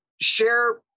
share